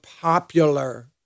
popular